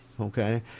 okay